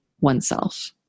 oneself